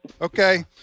Okay